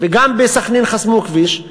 גם בסח'נין חסמו כביש,